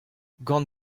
gant